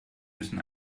müssen